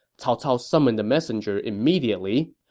cao cao summoned the messenger immediately.